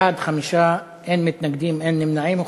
בעד, 5, אין מתנגדים, אין נמנעים.